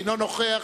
אינו נוכח.